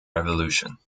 revolution